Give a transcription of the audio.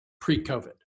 pre-COVID